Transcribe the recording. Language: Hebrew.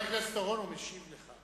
חבר הכנסת אורון, הוא משיב לך.